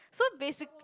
so basica~